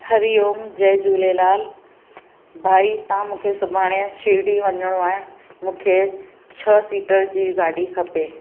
हरिओम जय झूलेलाल भाई तव्हां मूंखे सुभाणे शिरडी वञणो आहे मूंखे छह सीटर जी गाॾी खपे